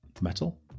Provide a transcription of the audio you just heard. Metal